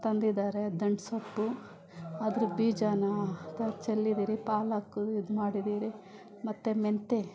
ತಂದಿದಾರೆ ದಂಟು ಸೊಪ್ಪು ಅದ್ರ ಬೀಜಾನ ತ ಚೆಲ್ಲಿದ್ದೀರಿ ಪಾಲಕ್ಕು ಇದ್ಮಾಡಿದ್ದೀರಿ ಮತ್ತು ಮೆಂತೆ